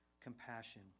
compassion